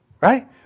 Right